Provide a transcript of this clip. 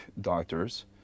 doctors